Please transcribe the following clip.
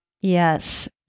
Yes